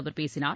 அவர் பேசினார்